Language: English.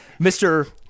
Mr